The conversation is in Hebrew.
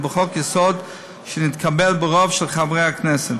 בחוק-יסוד שנתקבל ברוב של חברי הכנסת.